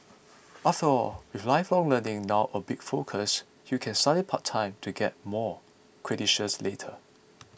after all with lifelong learning now a big focus you can study part time to get more credentials later